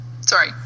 sorry